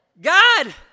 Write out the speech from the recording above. God